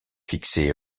fixé